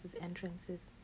entrances